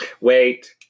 Wait